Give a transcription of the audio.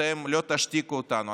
אתם לא תשתיקו אותנו.